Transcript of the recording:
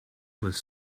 was